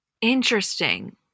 Interesting